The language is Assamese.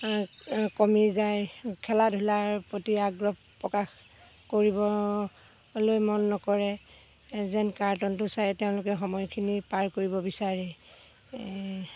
কমি যায় খেলা ধূলাৰ প্ৰতি আগ্ৰহ প্ৰকাশ কৰিবলৈ মন নকৰে যেন কাৰ্টনটো চায়ে তেওঁলোকে সময়খিনি পাৰ কৰিব বিচাৰে